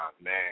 man